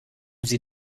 sie